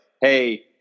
hey